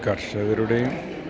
കർഷകരുടെയും